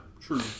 true